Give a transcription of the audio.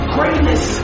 Greatness